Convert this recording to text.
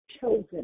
chosen